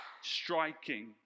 Striking